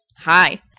Hi